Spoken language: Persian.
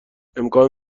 امکان